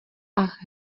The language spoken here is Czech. ach